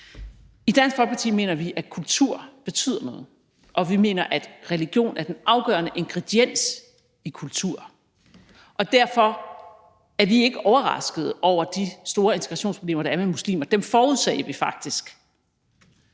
I Dansk Folkeparti mener vi, at kultur betyder noget, og vi mener, at religion er den afgørende ingrediens i kultur. Derfor er vi ikke overrasket over de store integrationsproblemer, der er med muslimer – dem forudsagde vi faktisk.